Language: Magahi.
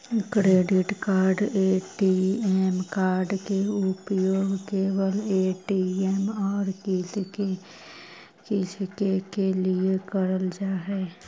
क्रेडिट कार्ड ए.टी.एम कार्ड के उपयोग केवल ए.टी.एम और किसके के लिए करल जा है?